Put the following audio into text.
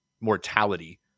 mortality